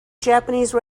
japanese